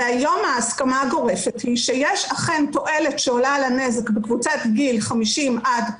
והיום ההסכמה הגורפת היא שיש אכן תועלת שעולה על הנזק בקבוצת גיל 50-74,